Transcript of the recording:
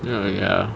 not really ah